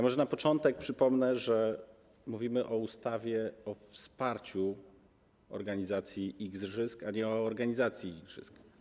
Może na początek przypomnę, że mówimy o ustawie o wsparciu organizacji igrzysk, a nie o organizacji igrzysk.